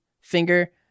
finger